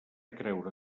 creure